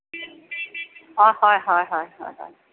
অ হয় হয় হয় হয় হয়